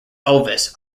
elvis